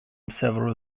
several